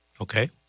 okay